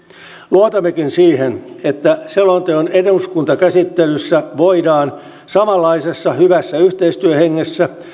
luotammekin siihen että selonteon eduskuntakäsittelyssä voidaan samanlaisessa hyvässä yhteistyöhengessä